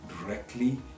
directly